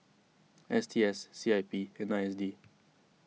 S T S C I P and I S D